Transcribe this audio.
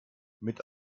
mit